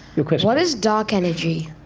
your question? what is dark energy?